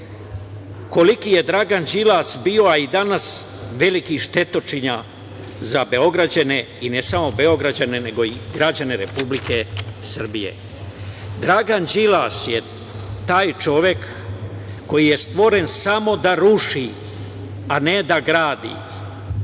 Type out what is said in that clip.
koliki je Dragan Đilas bio, a i danas, veliki štetočina za Beograđane, i ne samo Beograđane, nego i građane Republike Srbije. Dragan Đilas je taj čovek koji je stvoren samo da ruši, a ne da gradi.